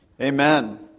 Amen